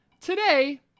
today